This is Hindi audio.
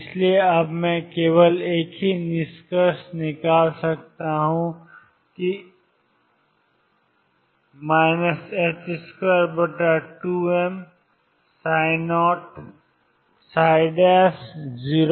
इसलिए अब मैं केवल एक ही निष्कर्ष निकाल सकता हूं कि 22m0 0 V0ψ